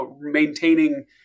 maintaining